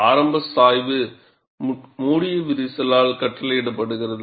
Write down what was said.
ஆரம்ப சாய்வு மூடிய விரிசலால் கட்டளையிடப்படுகிறது